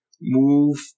move